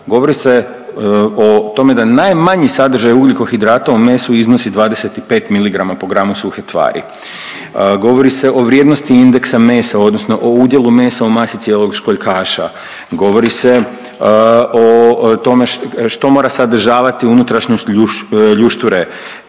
Govori se o tome da najmanji sadržaj ugljikohidrata u mesu iznosu 25 miligrama po gramu suhe tvari. Govori se o vrijednosti indeksa mesa odnosno o udjelu mesa u masi cijelog školjkaša. Govori se o tome što mora sadržavati unutrašnjost ljušture.